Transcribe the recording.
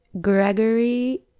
Gregory